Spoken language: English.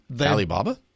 Alibaba